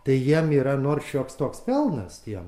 tai jiem yra nors šioks toks pelnas tiem